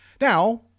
Now